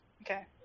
Okay